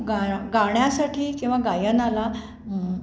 गा गाण्यासाठी किंवा गायनाला